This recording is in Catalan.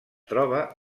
troba